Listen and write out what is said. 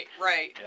right